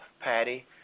Patty